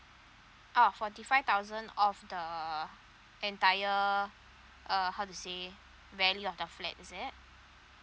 oh forty five thousand of the entire uh how to say value of the flats is it